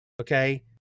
okay